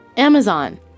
Amazon